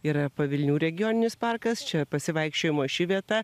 yra pavilnių regioninis parkas čia pasivaikščiojimo ši vieta